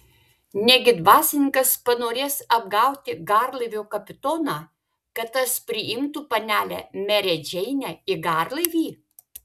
negi dvasininkas panorės apgauti garlaivio kapitoną kad tas priimtų panelę merę džeinę į garlaivį